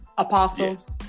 apostles